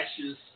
ashes